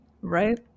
right